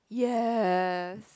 yes